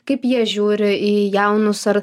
kaip jie žiūri į jaunus ar